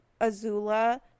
Azula